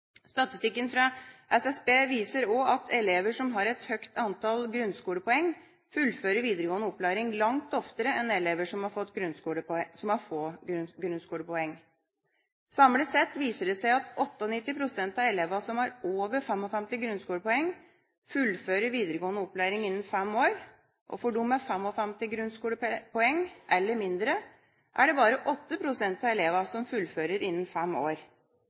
Statistikken fra SSB viser også at elever som har et høyt antall grunnskolepoeng, fullfører videregående opplæring langt oftere enn elever som har få grunnskolepoeng. Samlet sett viser det seg at 98 pst. av elevene som har over 55 grunnskolepoeng, fullfører videregående opplæring innen fem år, av de med 55 grunnskolepoeng eller mindre er det bare 8 pst. av elevene som fullfører innen 5 år.